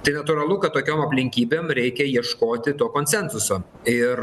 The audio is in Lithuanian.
tai natūralu kad tokiom aplinkybėm reikia ieškoti to konsensuso ir